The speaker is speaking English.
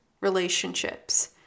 relationships